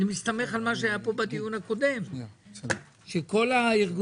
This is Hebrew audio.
אני מסתמך על מה שהיה כאן בדיון הקודם כאשר כל הארגונים,